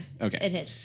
Okay